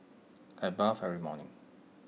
I bathe every morning